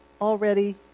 already